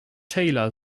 tailor